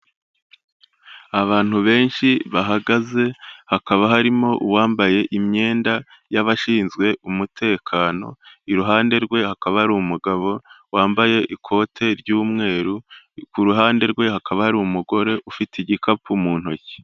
Abantu benshi bahagaze hakaba harimo uwambaye imyenda y'abashinzwe umutekano, iruhande rwe hakaba hari umugabo wambaye ikote ry'umweru, ku ruhande rwe hakaba hari umugore ufite igikapu mu ntoki.